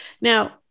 Now